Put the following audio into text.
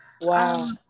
Wow